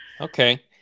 Okay